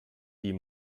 die